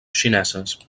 xineses